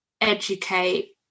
educate